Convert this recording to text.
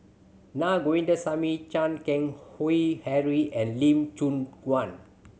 Na Govindasamy Chan Keng Howe Harry and Lee Choon Guan